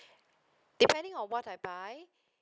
depending on what I buy